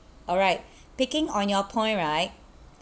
alright picking on your point right